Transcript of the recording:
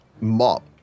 mop